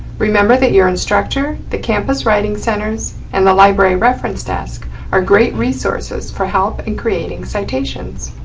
remember that your instructor, the campus writing centers and the library reference desk are great resources for help in creating citations.